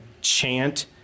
chant